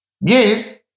Yes